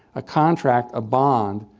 a contract, a bond,